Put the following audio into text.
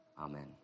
amen